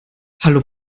hallo